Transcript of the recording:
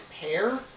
pair